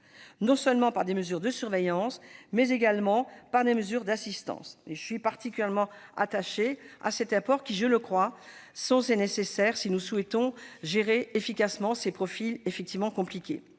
non seulement par des mesures de surveillance, mais également par des mesures d'assistance. Je suis particulièrement attachée à ces apports qui, je le crois, sont nécessaires si nous souhaitons gérer efficacement ces profils. Pour